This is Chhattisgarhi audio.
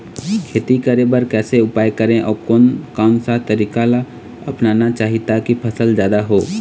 खेती करें बर कैसे उपाय करें अउ कोन कौन सा तरीका ला अपनाना चाही ताकि फसल जादा हो?